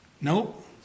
Nope